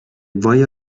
why